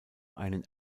einen